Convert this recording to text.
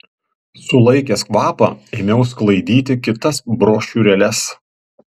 sulaikęs kvapą ėmiau sklaidyti kitas brošiūrėles